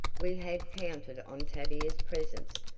we had counted on tavia's presence.